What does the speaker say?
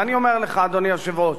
ואני אומר לך, אדוני היושב-ראש,